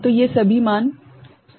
तो ये सभी 0 मान हैं